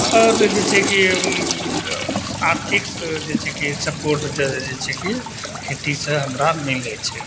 आओर जे छै कि आर्थिक जे छै कि सपोर्ट जे छै कि खेती से हमरा मिलै छै